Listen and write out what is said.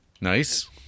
Nice